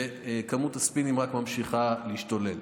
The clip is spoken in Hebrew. וכמות הספינים רק ממשיכה להשתולל.